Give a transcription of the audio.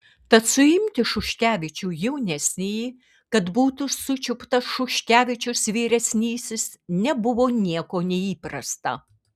tad suimti šuškevičių jaunesnįjį kad būtų sučiuptas šuškevičius vyresnysis nebuvo nieko neįprasta